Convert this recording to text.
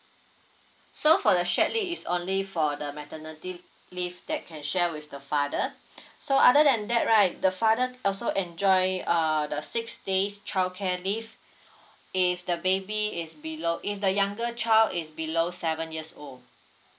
so for the shared leave is only for the maternity leave that can share with the father so other than that right the father also enjoy uh the six days childcare leave if the baby is below if the younger child is below seven years old